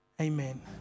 Amen